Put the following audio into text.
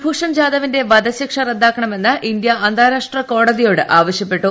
കുൽഭൂഷൺ ജാദവിന്റെ വധശിക്ഷ റദ്ദാക്കണമെന്ന് ഇന്ത്യ അന്താരാഷ്ട്ര കോടതിയോട് ആവശ്യപ്പെട്ടു